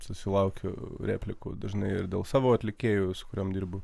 susilaukiu replikų dažnai ir dėl savo atlikėjų su kuriom dirbu